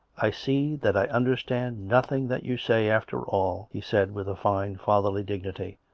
i see that i understand nothing that you say after all, he said with a fine fatherly dignity.